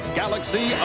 galaxy